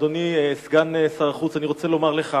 אדוני סגן שר החוץ, אני רוצה לומר לך